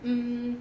um